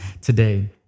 today